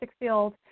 field